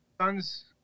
son's